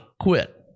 quit